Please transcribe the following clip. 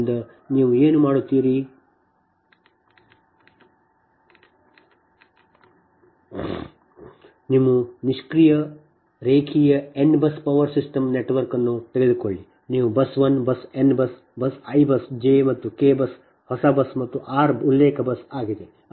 ಆದ್ದರಿಂದ ನೀವು ಏನು ಮಾಡುತ್ತೀರಿ ನೀವು ನಿಷ್ಕ್ರಿಯ ರೇಖೀಯ n bus power system network ಅನ್ನು ತೆಗೆದುಕೊಳ್ಳಿ ನೀವು bus 1 bus n bus i bus j ಮತ್ತು k ಬಸ್ ಹೊಸ ಬಸ್ ಮತ್ತು r ಉಲ್ಲೇಖ ಬಸ್ ಆಗಿದೆ